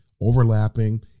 overlapping